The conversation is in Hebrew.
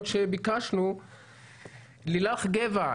לילך גבע,